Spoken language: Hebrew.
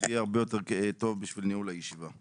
זה יהיה הרבה יותר טוב בשביל ניהול הישיבה.